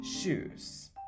shoes